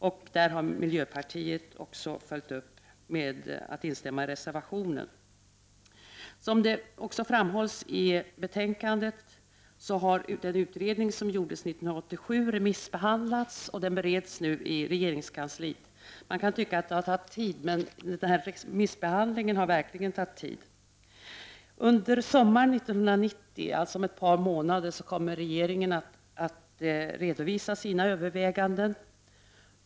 Den har bl.a. följts upp av miljöpartiet, som har instämt i reservationen. Som framhålls i betänkandet har den utredning som gjordes 1987 remissbehandlats, och den bereds nu i regeringskansliet. Remissbehandlingen av den har verkligen tagit tid. Under sommaren 1990, alltså om ett par månader, kommer regeringen att redovisa sina överväganden.